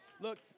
Look